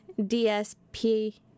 DSP